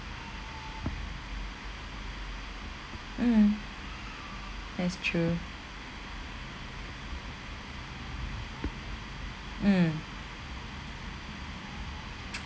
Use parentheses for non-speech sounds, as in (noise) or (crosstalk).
mm that's true mm (noise)